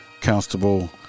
Constable